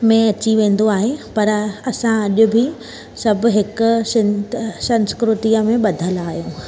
में अची वेंदो आहे पर असां अॼु बि सभु हिक सं संस्कृतीअ में ॿधलि आहियूं